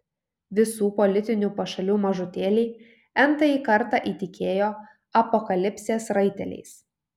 visų politinių pašalių mažutėliai n tąjį kartą įtikėjo apokalipsės raiteliais